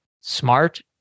smart